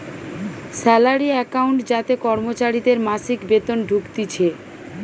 salary account যাতে কর্মচারীদের মাসিক বেতন ঢুকতিছে